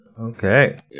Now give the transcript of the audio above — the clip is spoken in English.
Okay